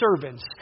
servants